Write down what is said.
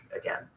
again